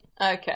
Okay